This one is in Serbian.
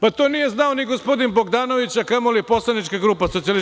Pa, to nije znao ni gospodin Bogdanović, a kamo li poslanička grupa SPS.